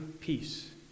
peace